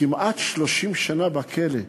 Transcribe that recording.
כמעט 30 שנה בכלא,